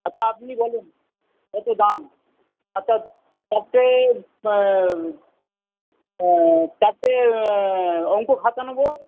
আচ্ছা আপনি বলুন কত দাম আচ্ছা চারটে চারটে অঙ্ক খাতা নেব